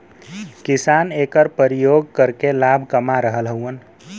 किसान एकर परियोग करके लाभ कमा रहल हउवन